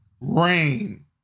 rain